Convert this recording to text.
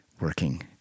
working